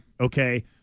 okay